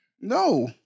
No